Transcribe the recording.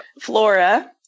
Flora